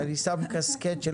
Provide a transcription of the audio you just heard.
אני שם קסקט של